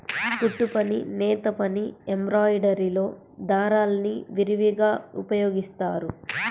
కుట్టుపని, నేతపని, ఎంబ్రాయిడరీలో దారాల్ని విరివిగా ఉపయోగిస్తారు